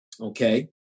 okay